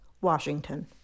Washington